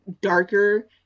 darker